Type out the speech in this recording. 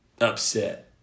upset